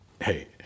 hey